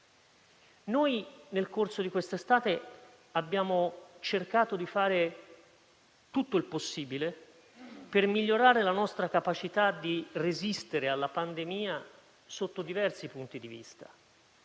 Nel corso di questa estate abbiamo cercato di fare tutto il possibile per migliorare la nostra capacità di resistere alla pandemia sotto diversi punti di vista.